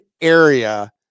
area